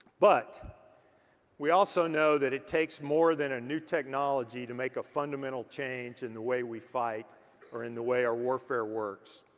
but we also know that it takes more than a new technology to make a fundamental change in the way we fight or in the way our warfare works.